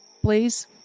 please